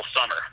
summer